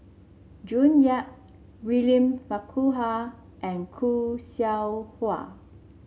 June Yap William Farquhar and Khoo Seow Hwa